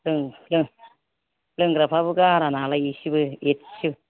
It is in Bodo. जों लोंग्राफोराबो गारा नालाय एसेबो